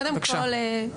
קודם כל,